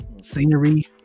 scenery